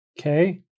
Okay